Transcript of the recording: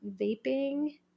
Vaping